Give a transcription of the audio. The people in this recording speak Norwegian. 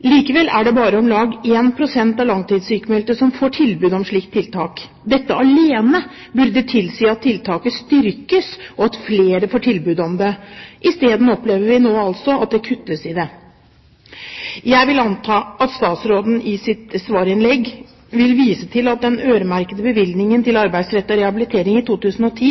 Likevel er det bare om lag én pst. av langtidssykmeldte som får tilbud om slikt tiltak. Dette alene burde tilsi at tiltaket styrkes, og at flere får tilbud om det. I stedet opplever vi nå altså at det kuttes i det. Jeg vil anta at statsråden i sitt svarinnlegg vil vise til at den øremerkede bevilgningen til arbeidsrettet rehabilitering i 2010